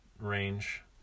range